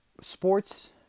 Sports